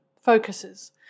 focuses